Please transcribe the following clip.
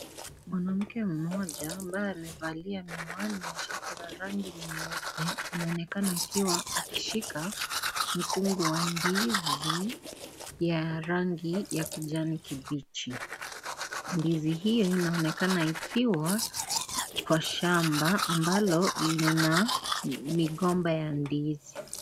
Mwanamke mmoja ambaye amevalia miwani na shati la rangi nyeupe anaonekana akiwa akishika mkungu wa ndizi ya rangi ya kijani kibichi. Ndizi hiyo inaonekana ikiwa Kwa shamba ambalo lina migomba la ndizi.